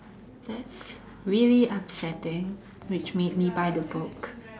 that's really upsetting which made me buy the book